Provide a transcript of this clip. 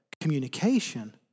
communication